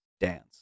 dance